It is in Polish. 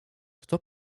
kto